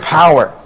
power